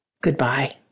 Goodbye